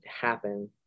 happen